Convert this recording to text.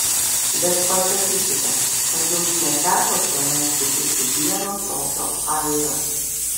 bet pasakykite ar jums neteko čionai sutikti vieno tokio airio